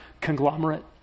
conglomerate